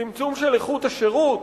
צמצום של איכות השירות,